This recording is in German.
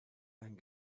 ein